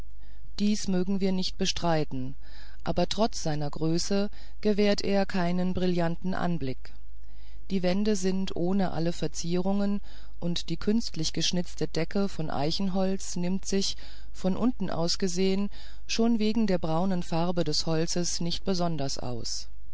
dies mögen wir nicht bestreiten aber trotz seiner größe gewährt er keinen brillanten anblick die wände sind ohne alle verzierungen und die künstlich geschnitzte decke von eichenholz nimmt sich von unten aus gesehen schon wegen der braunen farbe des holzes nicht besonders aus